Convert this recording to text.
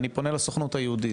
אני פונה לסוכנות היהודית,